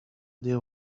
deal